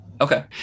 Okay